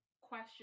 question